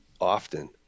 often